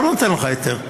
לא נותן לך היתר,